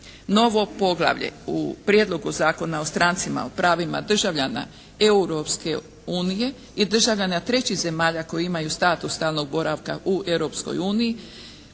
Novo poglavlje u Prijedlogu zakona o strancima, o pravima državljana Europske unije i državljana trećih zemalja koji imaju status stalnog boravka u Europskoj uniji,